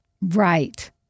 Right